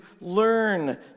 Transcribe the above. learn